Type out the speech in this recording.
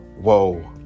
Whoa